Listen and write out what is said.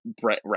Brett